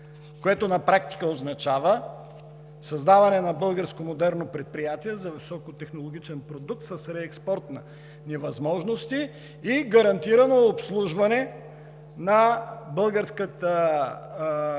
което на практика означава създаване на българско модерно предприятие за високотехнологичен продукт с реекспортни възможности и гарантирано обслужване на българската техника